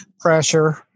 pressure